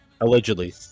Allegedly